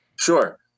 Sure